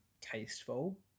tasteful